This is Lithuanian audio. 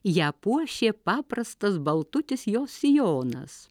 ją puošė paprastas baltutis jos sijonas